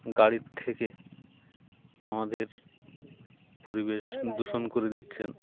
গাড়ির থেকে আমাদের পরিবেশ দূষণ করে দিচ্ছেন